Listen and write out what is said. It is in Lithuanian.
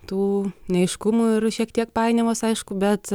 tų neaiškumų ir šiek tiek painiavos aišku bet